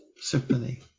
symphony